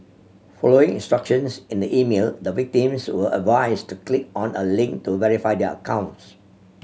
following instructions in the email the victims were advised to click on a link to verify their accounts